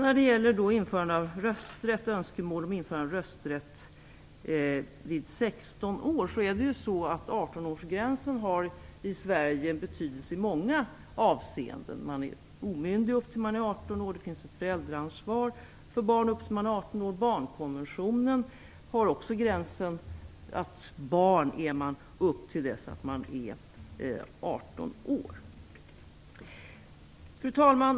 När det gäller önskemålet om införande av rösträtt vid 16 års ålder vill jag säga att 18-årsgränsen i Sverige har en betydelse i många avseenden. Man är omyndig upp till dess att man är 18 år. Det finns ett föräldraansvar för barn upp till 18 år. Barnkonventionen har också den gränsen att barn är man upp till dess att man är 18 år. Fru talman!